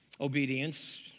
obedience